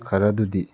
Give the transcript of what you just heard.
ꯈꯔꯗꯨꯗꯤ